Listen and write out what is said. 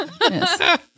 Yes